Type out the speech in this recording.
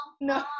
no